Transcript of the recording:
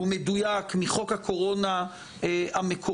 הרבה יותר מדויק מחוק הקורונה המקורי,